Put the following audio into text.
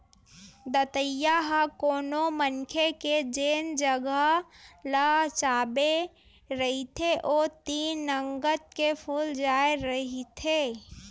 दतइया ह कोनो मनखे के जेन जगा ल चाबे रहिथे ओ तीर नंगत के फूल जाय रहिथे